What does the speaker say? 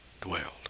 dwelled